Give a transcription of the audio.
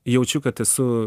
jaučiu kad esu